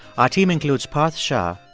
our team includes parth shah,